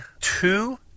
two